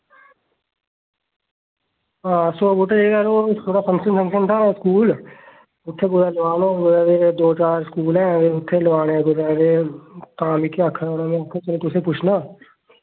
हां सौ बूह्टे चाहिदे यरो ओ थोह्ड़ा फंक्शन फंक्शन हा ना स्कूल उत्थै कुतै दो चार स्कूल ऐं ते उत्थै लोआने कुतै ते तां मिकी आक्खे दा उ'नें महा चलो तुसें पुच्छना